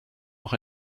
noch